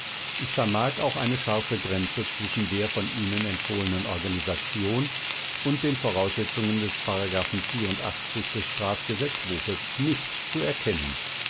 ich vermag auch eine scharfe grenze zwischen der von ihnen empfohlenen organisation und den voraussetzungen des des strafgesetzbuches nicht zu erkennen